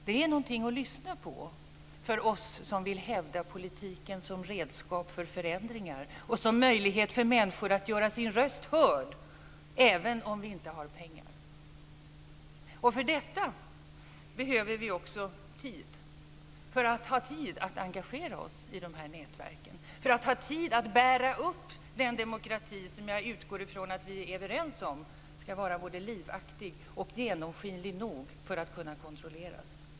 Det är någonting att lyssna på för oss som vill hävda politiken som redskap för förändringar och som möjlighet för människor att göra sin röst hörd även om de inte har pengar. För detta behöver vi också tid - tid att engagera oss i de här nätverken, tid att bära upp den demokrati som jag utgår ifrån att vi är överens om ska vara både livaktig och genomskinlig nog att kunna kontrolleras.